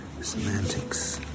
semantics